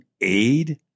aid